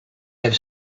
have